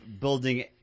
building